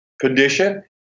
condition